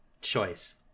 choice